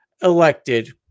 elected